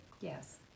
Yes